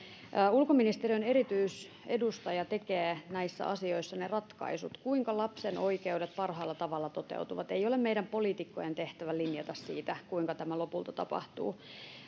ulkoministeriön erityisedustaja tekee näissä asioissa ne ratkaisut kuinka lapsen oikeudet parhaalla tavalla toteutuvat ei ole meidän politiikkojen tehtävä linjata siitä kuinka tämä lopulta tapahtuu